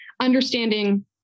understanding